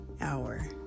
hour